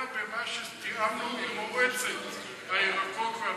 אלא במה שתיאמנו עם מועצת הירקות והפירות.